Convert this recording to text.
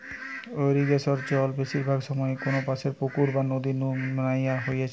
ইরিগেশনে জল বেশিরভাগ সময় কোনপাশের পুকুর বা নদী নু ন্যাওয়া হইতেছে